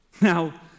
Now